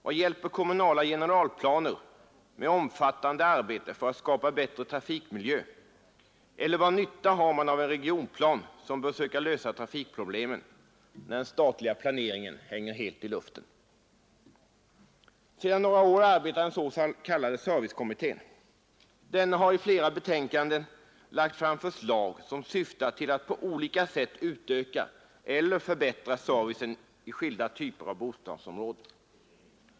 Vad hjälper kommunala generalplaner med omfattande arbete för att skapa bättre trafikmiljö, eller vilken nytta har man av en regionplan som bör söka lösa trafikproblemen, när den statliga planeringen hänger helt i luften? Sedan några år arbetar den s.k. servicekommittén. Den har i flera betänkanden lagt fram förslag som syftar till att på olika sätt utöka eller förbättra servicen i skilda typer av bostadsområden.